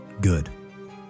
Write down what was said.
Good